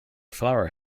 flower